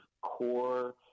core